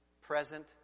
Present